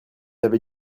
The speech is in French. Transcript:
avez